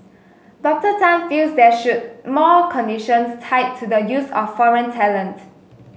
Dr Tan feels there should more conditions tied to the use of foreign talent